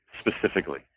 specifically